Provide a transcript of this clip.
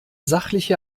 sachliche